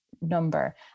number